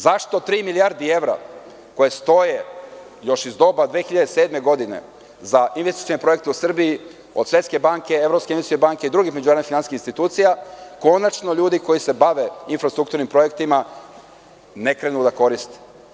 Zašto tri milijardi evra, koje stoje još iz doba 2007. godine za investicione projekte u Srbiju, od Svetske banke, Evropske investicione banke, drugih međunarodnih finansijskih institucija, konačno ljudi koji se bave infrastrukturnim projektima ne krenu da koriste?